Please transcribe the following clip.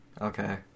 Okay